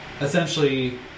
Essentially